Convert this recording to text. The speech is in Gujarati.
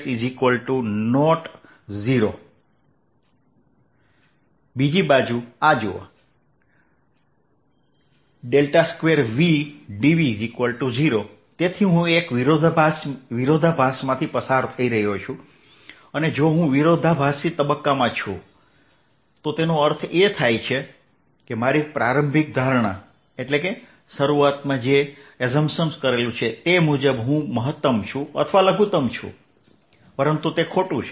ds 0 બીજી બાજુ આ જુઓ ∇2v dv0 તેથી હું એક વિરોધાભાસમાંથી પસાર રહ્યો છું અને જો હું વિરોધાભાસી તબક્કામાં છું તો તેનો અર્થ એ થાય છે કે મારી પ્રારંભિક ધારણા મુજબ હું મહત્તમ છું અથવા લઘુતમ છું તે ખોટું છે